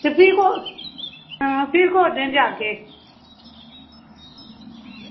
फिर कुस फिर कुस दिन जाह्गे